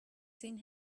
seen